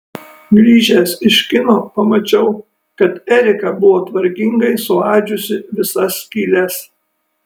grįžęs iš kino pamačiau kad erika buvo tvarkingai suadžiusi visas skyles